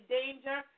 danger